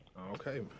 okay